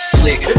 click